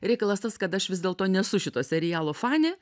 reikalas tas kad aš vis dėlto nesu šito serialo fanė